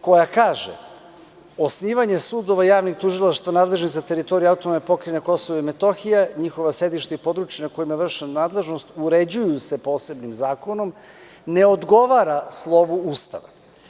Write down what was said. koja kaže – osnivanje sudova i javnih tužilaštva nadležnih za teritoriju AP Kosova i Metohije, njihova sedišta i područja na kojima je vršena nadležnost uređuju se posebnim zakonom, ne odgovara slovu Ustava.